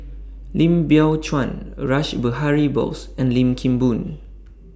Lim Biow Chuan Rash Behari Bose and Lim Kim Boon